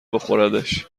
بخوردش